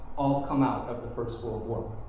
all come out of the first world war.